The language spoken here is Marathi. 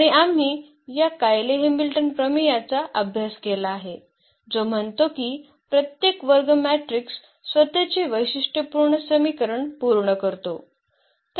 आणि आम्ही या कायले हॅमिल्टन प्रमेयाचा अभ्यास केला आहे जो म्हणतो की प्रत्येक वर्ग मॅट्रिक्स स्वतःचे वैशिष्ट्यपूर्ण समीकरण पूर्ण करतो